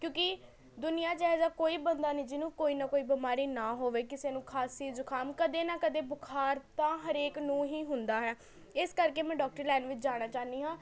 ਕਿਉਂਕਿ ਦੁਨੀਆਂ 'ਚ ਇਹ ਜਿਹਾ ਕੋਈ ਬੰਦਾ ਨਹੀਂ ਜਿਹਨੂੰ ਕੋਈ ਨਾ ਕੋਈ ਬਿਮਾਰੀ ਨਾ ਹੋਵੇ ਕਿਸੇ ਨੂੰ ਖਾਸੀ ਜ਼ੁਕਾਮ ਕਦੇ ਨਾ ਕਦੇ ਬੁਖਾਰ ਤਾਂ ਹਰੇਕ ਨੂੰ ਹੀ ਹੁੰਦਾ ਹੈ ਇਸ ਕਰਕੇ ਮੈਂ ਡੋਕਟਰ ਲਾਇਨ ਵਿੱਚ ਜਾਣਾ ਚਾਹੁੰਦੀ ਹਾਂ